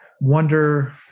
wonder